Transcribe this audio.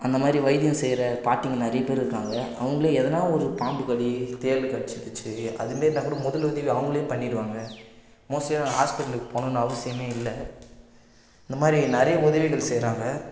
அந்த மாதிரி வைத்தியம் செய்கிற பாட்டிங்கள் நிறைய பேர் இருக்குகிறாங்க அவங்களே எதன்னால் ஒரு பாம்பு கடி தேள் கடிச்சிருச்சு அது மாரி இருந்தால்கூட முதல் உதவி அவங்களே பண்ணிடுவாங்க மோஸ்ட்லி ஹாஸ்பிட்டல்லுக்கு போகணுன்னு அவசியமே இல்லை இந்த மாதிரி நிறைய உதவிகள் செய்கிறாங்க